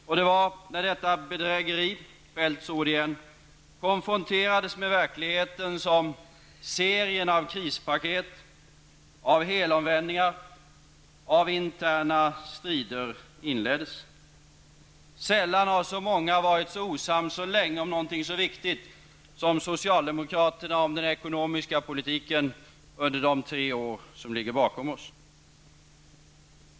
Och det var när detta bedrägeri konfronterades med verkligheten -- Feldts ord igen -- som serien av krispaket, av helomvändningar och av interna strider inleddes. Sällan har så många varit så osams så länge om någonting så viktigt, som socialdemokraterna om den ekonomiska politiken under de tre år som ligger bakom oss.